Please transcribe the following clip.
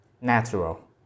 natural